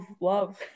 love